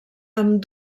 amb